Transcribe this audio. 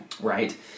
Right